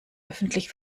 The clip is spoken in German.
öffentlich